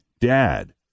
dad